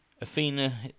Athena